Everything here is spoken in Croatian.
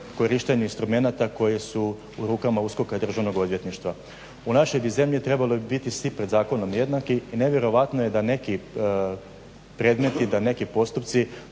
korištenju instrumenta koji su u rukama USKOK-a i Državno odvjetništva. U našoj zemlji bi trebali biti svi pred zakonom jednaki i nevjerojatno je da neki predmeti da neki postupci